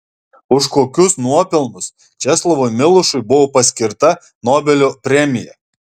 už kokius nuopelnus česlovui milošui buvo paskirta nobelio premija